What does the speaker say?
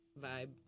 vibe